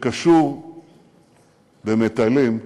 שקשור במטיילים,